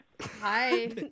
Hi